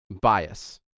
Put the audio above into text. bias